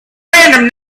random